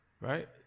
Right